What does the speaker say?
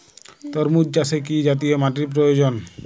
তরমুজ চাষে কি জাতীয় মাটির প্রয়োজন?